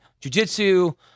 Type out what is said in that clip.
jujitsu